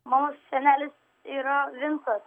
mano senelis yra vincas